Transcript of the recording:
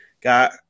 got